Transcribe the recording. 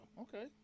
okay